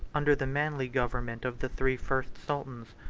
under the manly government of the three first sultans,